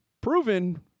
proven